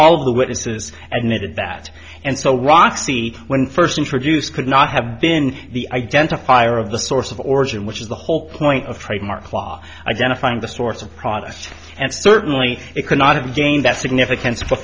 all the witnesses and they did that and so roxy when first introduced could not have been the identifier of the source of origin which is the whole point of trademark law identifying the source of product and certainly it could not have again that significan